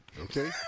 Okay